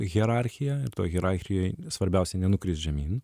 hierarchija hierarchijoj svarbiausia nenukrist žemyn